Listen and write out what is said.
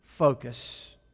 focus